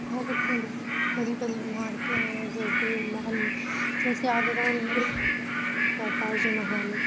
بھارت میں بہت بڑی بڑی عمارتیں ہیں جیسے لال جیسے آگرہ کا تاج محل